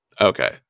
okay